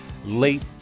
late